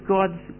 God's